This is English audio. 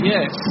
Yes